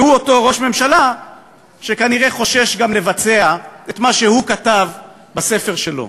והוא אותו ראש ממשלה שכנראה חושש גם לבצע את מה שהוא כתב בספר שלו.